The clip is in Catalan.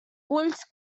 ulls